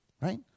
right